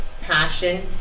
passion